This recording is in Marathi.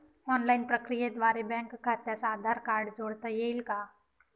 ऑनलाईन प्रक्रियेद्वारे बँक खात्यास आधार कार्ड जोडता येईल का?